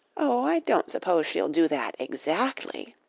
oh, i don't suppose she'll do that exactly.